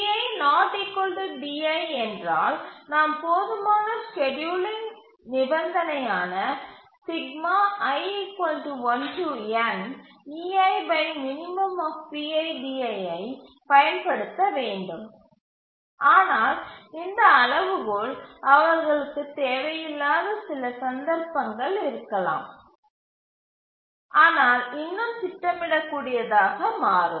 Pi ≠ di என்றால் நாம் போதுமான ஸ்கேட்யூலிங் நிபந்தனையான ஐப் பயன்படுத்த வேண்டும் ஆனால் இந்த அளவுகோல் அவர்களுக்குத் தேவையில்லாத சில சந்தர்ப்பங்கள் இருக்கலாம் ஆனால் இன்னும் திட்டமிடக்கூடியதாக மாறும்